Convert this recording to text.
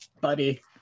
buddy